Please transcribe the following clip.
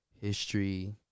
history